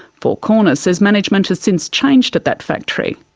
four corners says management has since changed at that factory.